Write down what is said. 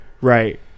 right